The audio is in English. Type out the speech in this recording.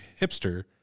hipster